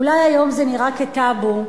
אולי היום זה נראה כטאבו,